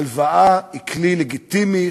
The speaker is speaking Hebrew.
הלוואה היא כלי לגיטימי,